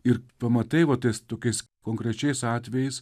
ir pamatai va tais tokiais konkrečiais atvejais